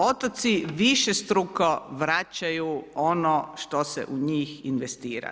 Otoci višestruko vraćaju ono što se u njih investira.